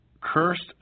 Cursed